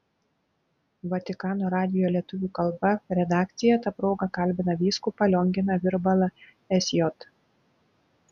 vatikano radijo lietuvių kalba redakcija ta proga kalbina vyskupą lionginą virbalą sj